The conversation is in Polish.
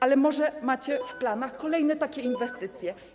Ale może macie w planach kolejne takie inwestycje.